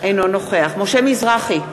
אינו נוכח משה מזרחי,